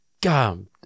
God